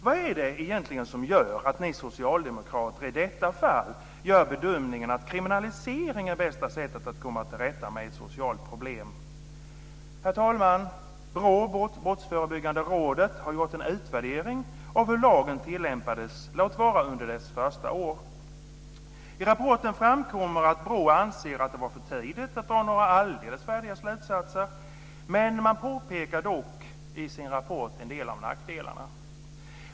Vad är det egentligen som gör att ni socialdemokrater i detta fall gör bedömningen att kriminalisering är bästa sättet att komma till rätta med ett socialt problem? Herr talman! BRÅ, Brottsförebyggande rådet, har gjort en utvärdering av hur lagen tillämpades, låt vara under dess första år. I rapporten framkommer det att BRÅ anser att det är för tidigt att dra några alldeles färdiga slutsatser. Men man pekar dock i sin rapport på en del av nackdelarna.